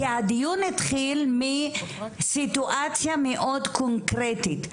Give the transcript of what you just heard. כי הדיון התחיל מסיטואציה מאוד קונקרטית,